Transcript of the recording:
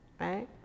Right